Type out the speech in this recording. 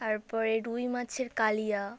তার পরে রুই মাছের কালিয়া